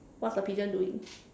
what's the pigeon doing